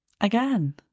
Again